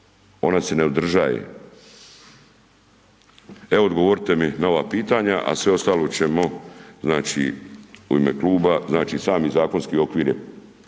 ona se ne održaje. Evo odgovorite mi na ova pitanja, a sve ostalo ćemo znači u ime kluba, znači sami zakonski okvir